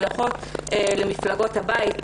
שמשויכות למפלגות הבית.